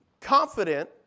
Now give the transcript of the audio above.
confident